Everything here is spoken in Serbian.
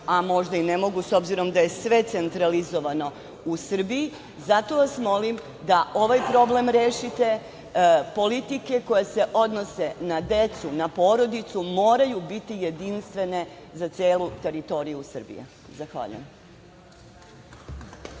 a možda i ne mogu s obzirom da je sve centralizovano u Srbiji, zato vas molim da ovaj problem rešite, politike koje se odnose na decu, na porodicu moraju biti jedinstvene za celu teritoriju Srbije. Zahvaljujem.